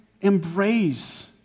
embrace